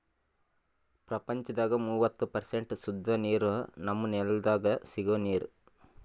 ಪ್ರಪಂಚದಾಗ್ ಮೂವತ್ತು ಪರ್ಸೆಂಟ್ ಸುದ್ದ ನೀರ್ ನಮ್ಮ್ ನೆಲ್ದಾಗ ಸಿಗೋ ನೀರ್